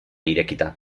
irekita